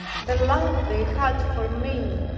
the love they had for me,